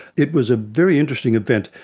it was a very interesting event,